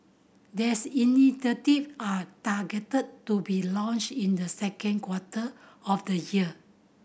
these initiative are targeted to be launched in the second quarter of the year